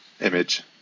image